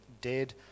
Dead